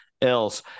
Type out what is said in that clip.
else